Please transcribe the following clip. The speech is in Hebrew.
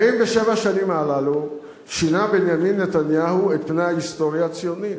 האם בשבע השנים הללו שינה בנימין נתניהו את פני ההיסטוריה הציונית?